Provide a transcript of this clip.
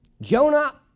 Jonah